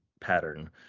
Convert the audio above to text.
pattern